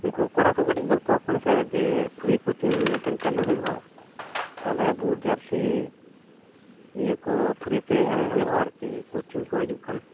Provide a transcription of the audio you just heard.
ᱩᱱᱠᱩ ᱠᱚᱲᱟ ᱠᱚ ᱠᱟᱹᱴᱤᱡ ᱜᱚᱞᱯᱚ ᱟᱠᱚ ᱢᱮᱥᱮ ᱡᱮ ᱯᱷᱨᱤ ᱠᱳᱪᱤᱝ ᱢᱤᱫᱴᱮᱱ ᱪᱟᱹᱞᱩ ᱦᱩᱭᱩᱜᱼᱟ ᱛᱟᱦᱚᱞᱮ ᱵᱩᱴ ᱡᱟᱹᱨᱥᱤ ᱤᱭᱟᱹ ᱠᱚ ᱯᱷᱤᱨᱤ ᱛᱮ ᱮᱢᱚᱜ ᱦᱩᱭᱩᱜᱼᱟ ᱟᱨᱠᱤ ᱠᱳᱪᱤᱝ ᱠᱚ ᱦᱤᱡᱩᱜ ᱠᱷᱟᱱ